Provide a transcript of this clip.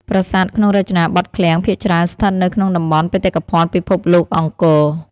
ប្រាសាទក្នុងរចនាបថឃ្លាំងភាគច្រើនស្ថិតនៅក្នុងតំបន់បេតិកភណ្ឌពិភពលោកអង្គរ។